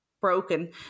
broken